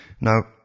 Now